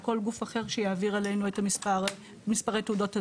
או כל גוף אחר שיעביר אלינו את מספרי תעודות הזהות.